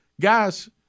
Guys